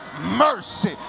mercy